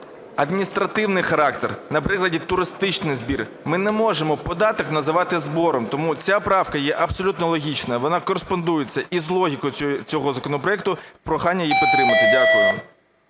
адміністративний характер, наприклад туристичний збір, ми не можемо податок називати "збором". Тому ця правка є абсолютно логічною, вона кореспондується з логікою цього законопроекту. Прохання її підтримати. Дякую.